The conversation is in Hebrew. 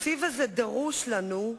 התקציב הזה דרוש לנו,